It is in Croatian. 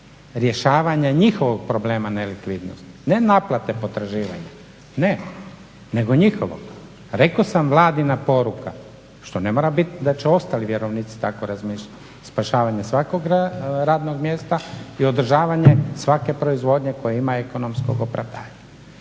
rješavanja njihovog problema nelikvidnosti, ne naplate potraživanja, ne nego njihovo. Rekao sam, Vladina poruka, što ne mora biti da će ostat vjerovnici tako razmišljat, spašavanje svakog radnog mjesta i održavanje svake proizvodnje koja ima ekonomskog opravdanja.